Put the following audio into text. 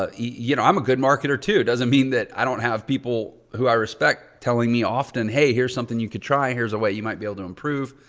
ah you know, i'm a good marketer too. doesn't mean that i don't have people who i respect telling me often hey, here's something you could try, here's a way you might be able to improve.